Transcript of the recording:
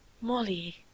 Molly